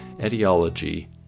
Etiology